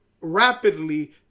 rapidly